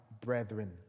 brethren